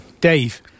Dave